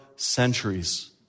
centuries